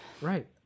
right